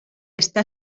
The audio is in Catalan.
està